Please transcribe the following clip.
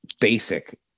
basic